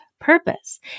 purpose